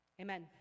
Amen